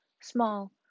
small